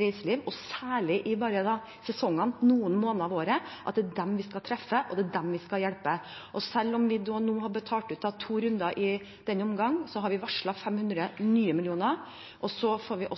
reiseliv, og særlig de med sesong bare noen måneder av året, at det er dem vi skal hjelpe. Selv om vi nå har betalt ut i to runder i denne omgangen, har vi varslet 500 nye millioner. Så får vi